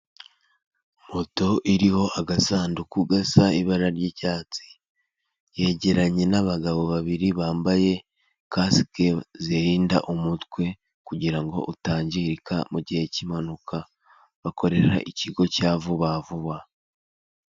Moto iriho agasanduku gasa ibara ry'icyatsi, yegeranye n'abagabo babiri bambaye kasike zirinda umutwe kugirango utangirika mugihe k'impanuka bakorera ikigo cya vuba vuba.